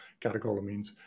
catecholamines